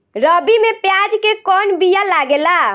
रबी में प्याज के कौन बीया लागेला?